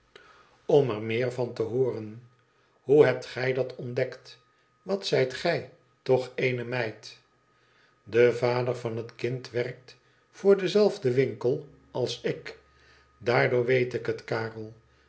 om er meer van te hooren hoe hebt gij dat ontdekt wat zijt gij toch eene meidl de vader van het kind werkt voor denzelfden winkel als ik daardoor weet ik het karel